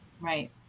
Right